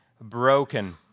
broken